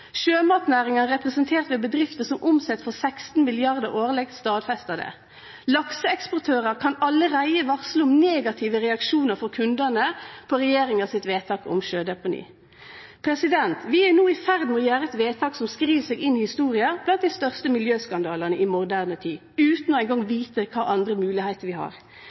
Sjømatnæringa, representert ved bedrifter som omset for 16 mrd. kr, stadfestar det. Lakseeksportørar kan allereie varsle om negative reaksjonar frå kundane på regjeringa sitt vedtak om sjødeponi. Vi er no i ferd med å gjere eit vedtak som skriv seg inn i historia blant dei største miljøskandalane i moderne tid, utan eingong å vite kva andre moglegheiter vi har.